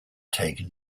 taken